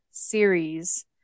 series